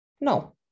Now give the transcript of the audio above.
no